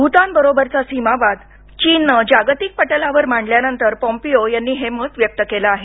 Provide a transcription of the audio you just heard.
भुतानबरोबरचा सीमावाद चीननं जागतिक पटलावर मांडल्यानंतर पॉम्पीओ यांनी हे मत व्यक्त केलं आहे